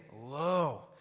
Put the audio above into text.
low